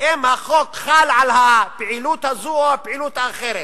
אם החוק חל על הפעילות הזאת או הפעילות האחרת,